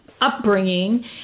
upbringing